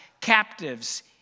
captives